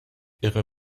ihre